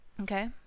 Okay